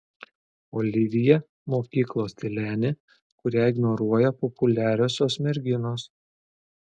olivija mokyklos tylenė kurią ignoruoja populiariosios merginos